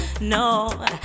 No